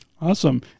Awesome